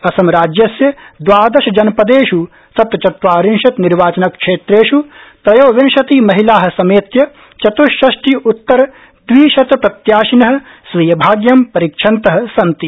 असम राज्यस्य दवादशजनपदेष् सप्तचत्वारिंशत निर्वाचनक्षेत्रेष् त्रयोविंशति महिला समेत्य चत्षष्टि उत्तर द्विशतप्रत्याशिन स्वीयभाग्यं परीक्षन्तः सन्ति